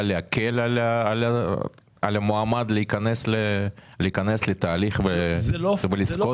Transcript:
להקל על המועמד להיכנס לתהליך ולזכות?